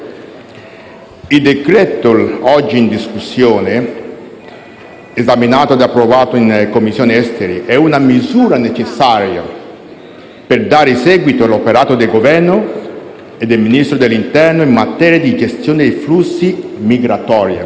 il decreto-legge oggi in esame, già trattato in Commissione esteri, è una misura necessaria per dare seguito all'operato del Governo e del Ministro dell'interno in materia di gestione dei flussi migratori,